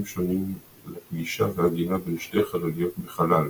שונים לפגישה ועגינה בין שתי חלליות בחלל.